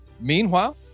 Meanwhile